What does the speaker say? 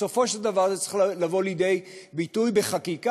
בסופו של דבר זה צריך לבוא לידי ביטוי בחקיקה.